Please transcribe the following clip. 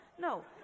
no